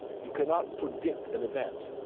you cannot predict an event.